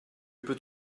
peut